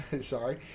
sorry